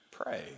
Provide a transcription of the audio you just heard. pray